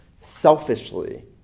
selfishly